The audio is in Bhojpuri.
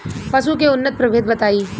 पशु के उन्नत प्रभेद बताई?